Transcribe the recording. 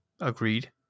Agreed